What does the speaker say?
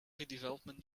redevelopment